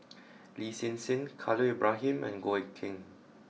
Lin Hsin Hsin Khalil Ibrahim and Goh Eck Kheng